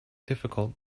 difficult